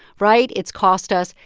right? it's cost us.